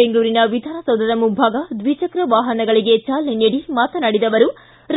ಬೆಂಗಳೂರಿನ ವಿಧಾನಸೌಧದ ಮುಂಭಾಗ ದ್ವಿಚಕ್ರ ವಾಹನಗಳಿಗೆ ಚಾಲನೆ ನೀಡಿ ಮಾತನಾಡಿದ ಅವರು